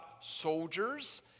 soldiers